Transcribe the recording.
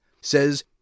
says